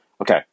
Okay